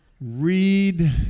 Read